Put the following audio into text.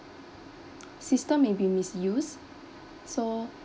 system maybe misused so